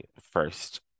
first